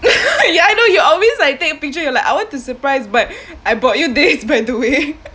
ya I know you always like take a picture you're like I want to surprise but I bought you this by the way